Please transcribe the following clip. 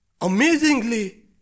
amazingly